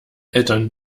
eltern